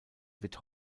wird